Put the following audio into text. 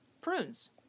Prunes